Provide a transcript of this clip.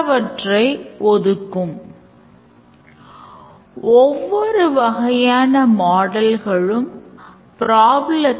அதை ஆவணப்படுத்துவது எப்படி என்று நாம் பார்ப்போம்